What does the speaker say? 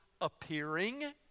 appearing